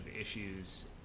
issues